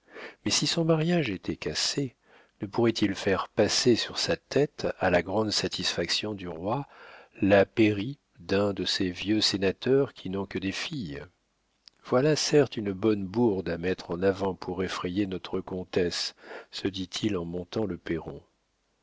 mais si son mariage était cassé ne pourrait-il faire passer sur sa tête à la grande satisfaction du roi la pairie d'un de ces vieux sénateurs qui n'ont que des filles voilà certes une bonne bourde à mettre en avant pour effrayer notre comtesse se dit-il en montant le perron